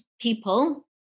people